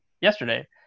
yesterday